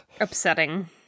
Upsetting